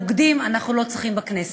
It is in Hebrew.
בוגדים אנחנו לא צריכים בכנסת.